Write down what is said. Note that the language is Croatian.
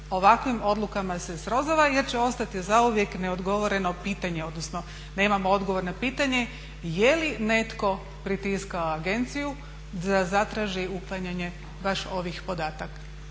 ovakvim odlukama se srozava jer će ostati zauvijek ne odgovoreno pitanje odnosno nemamo odgovor na pitanje jeli netko pritiskao agenciju da zatraži uklanjanje baš ovih podataka,